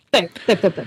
taip taip taip taip